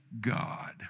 God